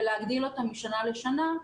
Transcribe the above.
ולהגדיל אותם משנה לשנה.